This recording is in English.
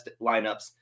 lineups